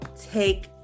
take